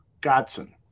Godson